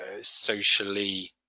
socially